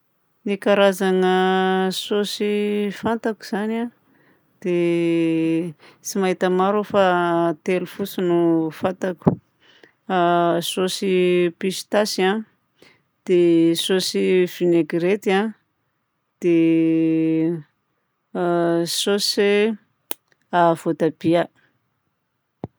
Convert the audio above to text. Ny karazagna saosy fantako zany a dia tsy mahita maro aho fa telo fotsiny no fantako: saosy pistasy a, dia saosy vinaigrette a, dia saosy a voatabia.